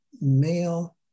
male